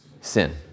sin